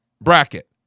bracket